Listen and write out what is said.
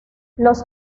los